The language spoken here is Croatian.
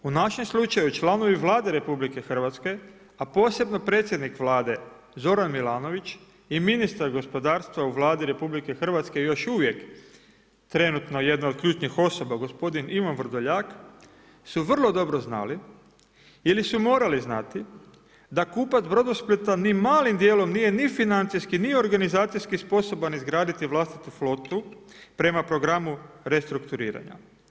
U našem slučaju članovi Vlade RH, a posebno predsjednik vlade Zoran Milanović i ministar gospodarstva u Vladi RH još uvijek trenutno jedna od ključnih osoba gospodin Ivan Vrdoljak su vrlo dobro znali ili su morali znati da kupac Brodosplita ni malim dijelom nije ni financijski ni organizacijski sposoban izgraditi vlastitu flotu prema programu restrukturiranja.